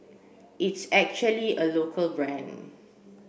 it's actually a local brand